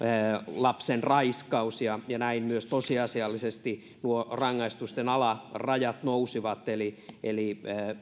lapsen raiskaus ja ja näin myös tosiasiallisesti nuo rangaistusten alarajat nousivat eli eli